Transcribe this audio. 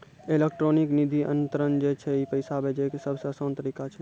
electronic निधि अन्तरन जे छै ई पैसा भेजै के सभ से असान तरिका छै